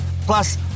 Plus